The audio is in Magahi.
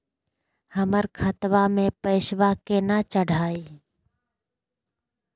हमर खतवा मे पैसवा केना चढाई?